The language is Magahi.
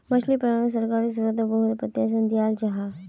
मछली पालानोत सरकारी स्त्रोत बहुत प्रोत्साहन दियाल जाहा